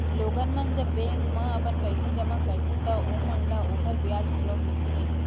लोगन मन जब बेंक म अपन पइसा जमा करथे तव ओमन ल ओकर बियाज घलौ मिलथे